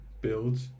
builds